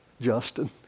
Justin